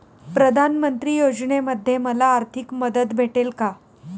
प्रधानमंत्री योजनेमध्ये मला आर्थिक मदत भेटेल का?